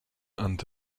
and